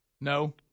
No